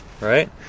right